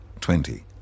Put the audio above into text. Twenty